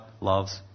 loves